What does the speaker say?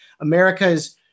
America's